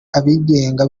abigenga